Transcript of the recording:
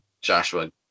Joshua